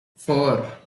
four